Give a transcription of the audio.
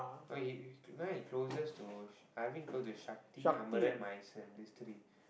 no he is is now he closest to Sh~ Naveen close to Shakti these three